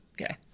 Okay